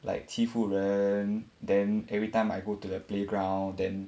like 欺负人 then every time I go to the playground then